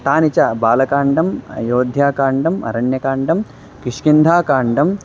तानि च बालकाण्डम् अयोध्याकाण्डम् अरण्यकाण्डं किष्किन्धाकाण्डम्